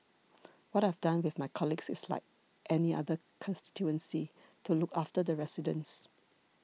what I've done with my colleagues is like any other constituency to look after the residents